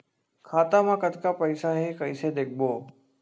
खाता मा कतका पईसा हे कइसे देखबो?